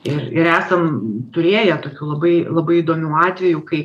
ir ir esam turėję tokių labai labai įdomių atvejų kai